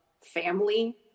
family